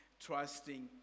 trusting